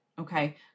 Okay